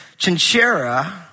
Chinchera